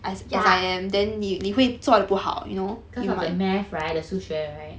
ya cause of thE math right the 数学 right